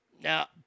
Now